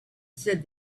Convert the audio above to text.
said